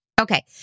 Okay